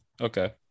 Okay